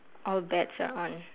all bets are on